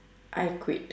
I quit